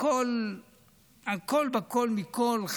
הכול בכול מכול.